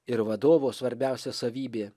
ir vadovo svarbiausia savybė